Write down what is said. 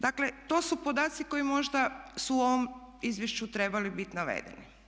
Dakle, to su podaci koji možda su u ovom izvješću trebali biti navedeni.